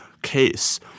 case